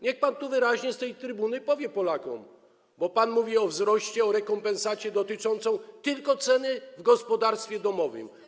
Niech pan tu wyraźnie z tej trybuny powie to Polakom, bo pan mówi o wzroście, o rekompensacie dotyczącej tylko ceny dla gospodarstwa domowego.